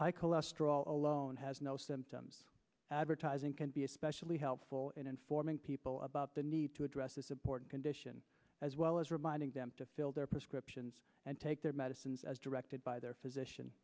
high cholesterol alone has no symptoms advertising can be especially helpful in informing people about the need to address this important condition as well as reminding them to fill their prescriptions and take their medicines as directed by their physician